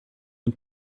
ein